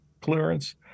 clearance